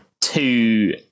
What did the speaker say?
two